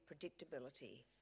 predictability